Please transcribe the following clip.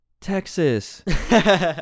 Texas